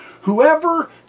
Whoever